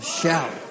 Shout